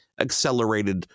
accelerated